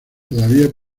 todavía